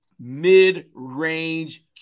Mid-range